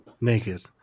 naked